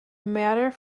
matter